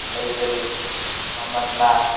ꯂꯩꯖꯔꯨꯏ ꯃꯃꯜꯅ